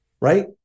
right